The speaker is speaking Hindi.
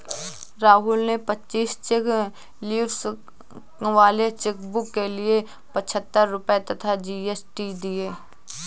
राहुल ने पच्चीस चेक लीव्स वाले चेकबुक के लिए पच्छत्तर रुपये तथा जी.एस.टी दिए